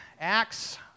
Acts